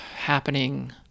happening